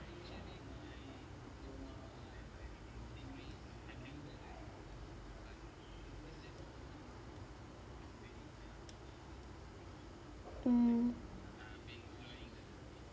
mm